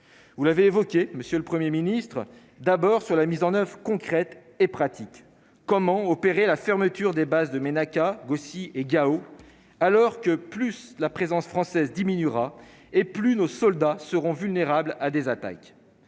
vous l'avez évoqué monsieur le 1er ministre d'abord sur la mise en 9 concrète et pratique comment opérer la fermeture des bases de Ménaka Gauci et Gao alors que plus de la présence française diminuera et plus nos soldats seront vulnérables à des attaques